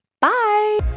Bye